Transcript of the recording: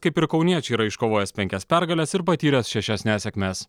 kaip ir kauniečiai yra iškovojęs penkias pergales ir patyręs šešias nesėkmes